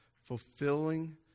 Fulfilling